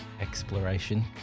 exploration